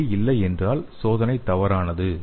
வரி இல்லை என்றால் சோதனை தவறானது